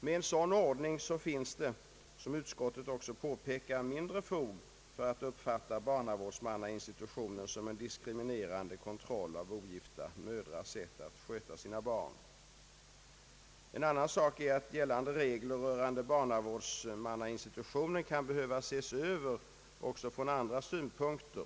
Med en sådan ordning finns det, som utskottet också påpekar, mindre fog för att uppfatta barnavårdsmannainstitutionen som en diskriminerande kontroll av ogifta mödrars sätt att sköta sina barn. En annan sak är att gällande regler rörande barnavårdsmannainstitutionen kan behöva ses över också ur andra synpunkter.